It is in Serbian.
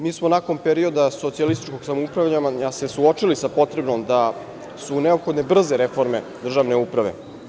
Mi smo nakon perioda socijalističkog samoupravljanja se suočili sa potrebom da su neophodne brze reforma državne uprave.